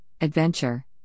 adventure